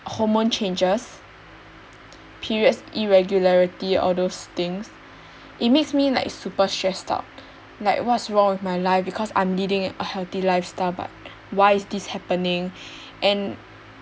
hormone changes periods irregularity all those things it makes me like super stressed out like what's wrong with my life because I'm leading a healthy lifestyle but why is this happening and